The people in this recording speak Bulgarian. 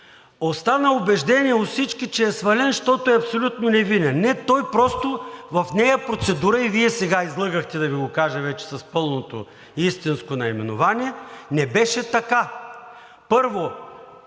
остави убеждение у всички, че е свален, защото е абсолютно невинен. Не, той просто в нея процедура – и Вие сега излъгахте, да Ви го кажа вече с пълното истинско наименование, не беше така. Първо,